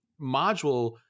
module